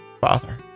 Father